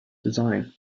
design